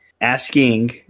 asking